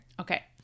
Okay